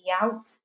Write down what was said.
out